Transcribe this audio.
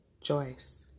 Joyce